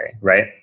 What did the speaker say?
right